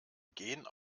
gen